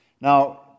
Now